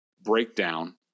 breakdown